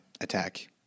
attack